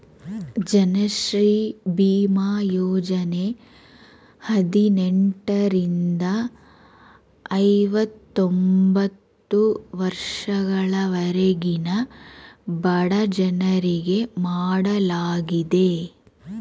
ಜನಶ್ರೀ ಬೀಮಾ ಯೋಜನೆ ಹದಿನೆಂಟರಿಂದ ಐವತೊಂಬತ್ತು ವರ್ಷದವರೆಗಿನ ಬಡಜನರಿಗೆ ಮಾಡಲಾಗಿದೆ